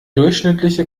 durchschnittliche